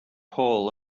paul